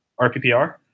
RPPR